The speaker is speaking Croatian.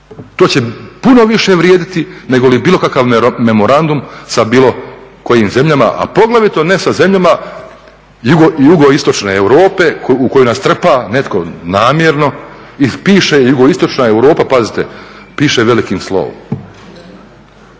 To će puno više vrijediti nego bilo kakav memorandum sa bilo kojim zemljama, a poglavito ne sa zemljama jugoistočne Europe u koju nas trpa netko namjerno i piše jugoistočna Europa pazite piše velikim slovom.